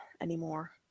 anymore